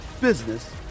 business